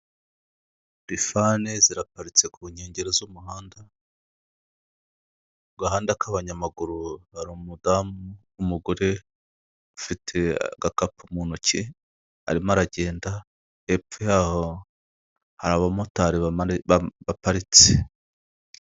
Rifane ziraparitse ku nkengero z'umuhanda, ku gahanda k'abanyamaguru hari umudamu w'umugore, ufite agakapu mu ntoki, arimo aragenda, hepfo yaho hari abamotari ba paritse.